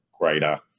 greater